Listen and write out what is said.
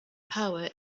power